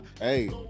hey